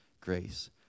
grace